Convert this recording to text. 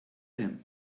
him